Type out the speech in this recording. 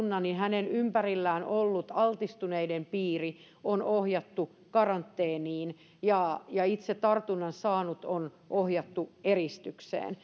saanut tartunnan hänen ympärillään ollut altistuneiden piiri on ohjattu karanteeniin ja ja itse tartunnan saanut on ohjattu eristykseen